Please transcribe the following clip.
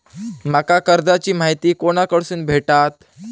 माका कर्जाची माहिती कोणाकडसून भेटात?